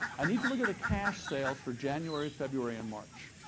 i need to look at the cash sales for january, february, and march.